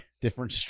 different